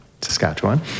Saskatchewan